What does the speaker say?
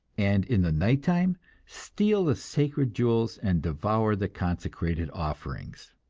and in the night-time steal the sacred jewels and devour the consecrated offerings.